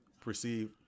perceive